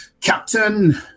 Captain